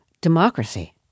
democracy